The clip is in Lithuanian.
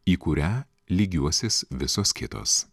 į kurią lygiuosis visos kitos